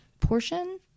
portion